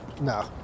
No